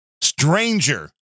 stranger